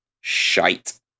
shite